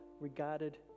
regarded